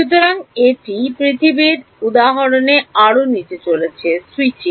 সুতরাং এটি পৃথিবীর উদাহরণে আরও নীচে চলেছে স্যুইচিং